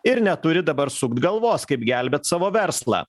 ir neturi dabar sukt galvos kaip gelbėt savo verslą